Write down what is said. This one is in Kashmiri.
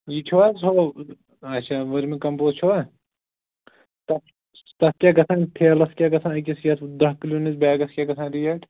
یہِ چھَوٕ حظ ہُو اچھا ؤرمِنٛگ کمپوز چھَوا تتھ تتھ کیٛاہ گژھان ٹھیلس کیٛاہ گژھان ٲکِس یَتھ دَہ کِلونِس بیگس کیٛاہ گژھان ریٹ